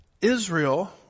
Israel